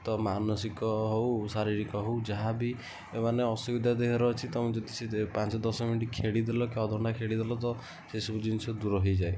ତ ମାନସିକ ହଉ ଶାରୀରିକ ହଉ ଯାହା ବି ମାନେ ଅସୁବିଧା ଦେହର ଅଛି ତମେ ଯଦି ପାଞ୍ଚ ଦଶ ମିନିଟ୍ ଖେଳି ଦେଲ କି ଅଧ ଘଣ୍ଟା ଖେଳି ଦେଲ ତ ସେସବୁ ଜିନିଷ ଦୂର ହେଇଯାଏ